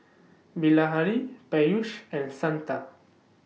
Bilahari Peyush and Santha